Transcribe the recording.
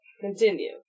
Continue